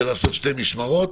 של לעשות שתי משמרות.